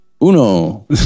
Uno